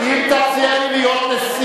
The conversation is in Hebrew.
אם תציע לי להיות נְשיא,